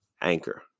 Anchor